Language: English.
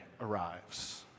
arrives